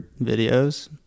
videos